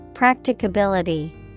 Practicability